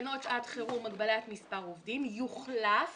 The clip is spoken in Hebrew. תקנות שעת חירום (הגבלת מספר עובדים) - יוחלף